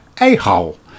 a-hole